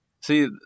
See